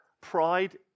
pride